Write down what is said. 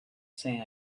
sand